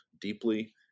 deeply